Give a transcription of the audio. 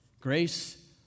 Grace